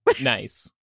Nice